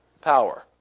power